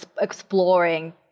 exploring